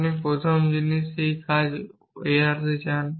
আপনি প্রথম জিনিস এই অনুমান কাজ এড়াতে চান